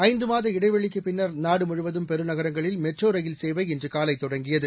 ஐந்து மாத இடைவெளிக்குப் பின்னர் நாடுமுழுவதும் பெருநகரங்களில் மெட்ரோ ரயில் சேவை இன்று காலை தொடங்கியது